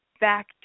back